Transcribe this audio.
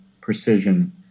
precision